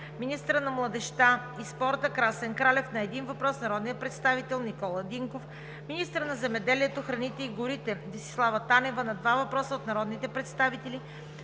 министърът на младежта и спорта Красен Кралев – на един въпрос от народния представител Никола Динков; - министърът на земеделието, храните и горите Десислава Танева – на два въпроса от народните представители